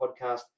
podcast